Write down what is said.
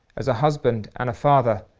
as a husband and a father,